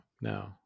no